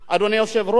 אדוני היושב-ראש,